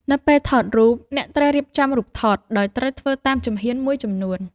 នៅពេលថតរូប អ្នកត្រូវរៀបចំរូបថត ដោយត្រូវធ្វើតាមជំហ៊ានមួយចំនួន។